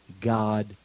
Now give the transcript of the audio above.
God